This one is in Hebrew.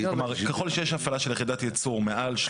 כלומר: ככל שיש הפעלה של יחידת ייצור מעל מה